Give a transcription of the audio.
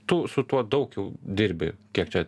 tu su tuo daug jau dirbi kiek čia